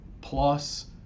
Plus